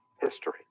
history